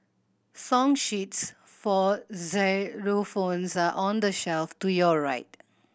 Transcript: song sheets for xylophones are on the shelf to your right